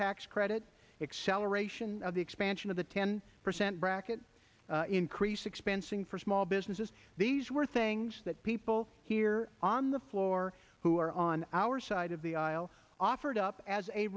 tax credit excel aeration of the expansion of the ten percent bracket increase expensing for small businesses these were things that people here on the floor who are on our side of the aisle first up as a